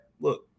look